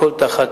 הכול תחת